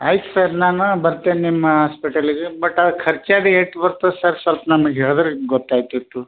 ಆಯ್ತು ಸರ್ ನಾನು ಬರ್ತೀನಿ ನಿಮ್ಮ ಹಾಸ್ಪಿಟಲಿಗೆ ಬಟ್ ಅವು ಖರ್ಚು ಅದು ಏಟು ಬರ್ತದೆ ಸರ್ ಸ್ವಲ್ಪ ನಮಗೆ ಹೇಳಿದ್ರೆ ಗೊತ್ತಾಗ್ತಿತ್ತು